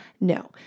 no